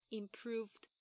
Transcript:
improved